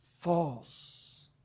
false